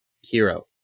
hero